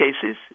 cases